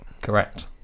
correct